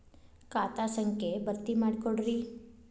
ಖಾತಾ ಸಂಖ್ಯಾ ಭರ್ತಿ ಮಾಡಿಕೊಡ್ರಿ